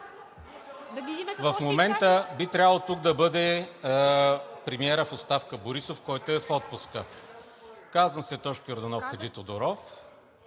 В момента тук би трябвало да бъде премиерът в оставка Борисов, който е в отпуска. Казвам се Тошко Йорданов Хаджитодоров,